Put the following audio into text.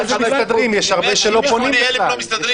יש הרבה שלא פונים בכלל.